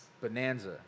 Bonanza